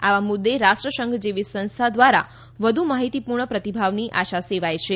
આવા મુદ્દે રાષ્ટ્રસંઘ જેવી સંસ્થા દ્વારા વધુ માહિતીપૂર્ણ પ્રતિભાવની આશા સેવાય છે